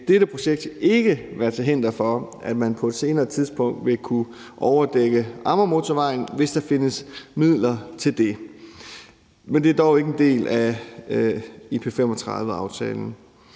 dette projekt ikke være til hinder for, at man på et senere tidspunkt vil kunne overdække Amagermotorvejen, hvis der findes midler til det, men det er dog ikke en del af »Aftale